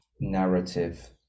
narrative